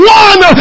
one